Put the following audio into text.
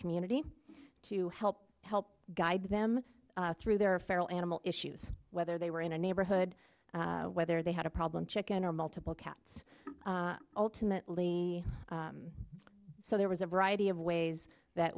community to help help guide them through their feral animal issues whether they were in a neighborhood whether they had a problem chicken or multiple cats ultimately so there was a variety of ways that